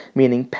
meaning